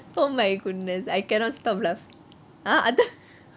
oh my goodness I cannot stop laugh~ ah அதான்:athaan